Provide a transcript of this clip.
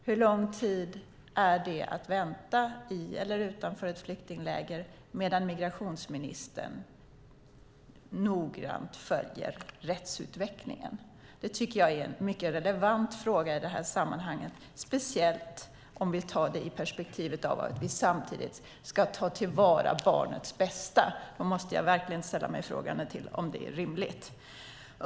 Hur lång tid är det att vänta i eller utanför ett flyktingläger medan migrationsministern noggrant följer rättsutvecklingen? Det tycker jag är en relevant fråga i sammanhanget, speciellt om vi tar det i perspektivet av att vi samtidigt ska ta till vara barnets bästa. Då måste jag verkligen ställa mig frågande till om det är rimligt.